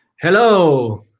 Hello